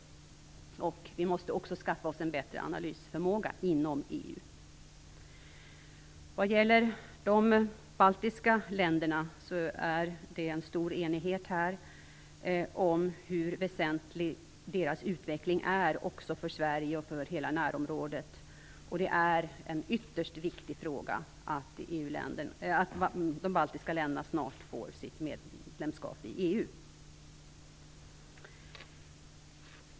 Vi inom EU måste också skaffa oss en bättre analysförmåga. Vad gäller de baltiska länderna råder det här en stor enighet om hur väsentlig deras utveckling är, också för Sverige och för hela närområdet. Det är ytterst viktigt att de baltiska länderna snart får sitt medlemskap i EU.